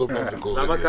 בכל פעם זה קורה לי.